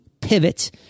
pivot